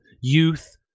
youth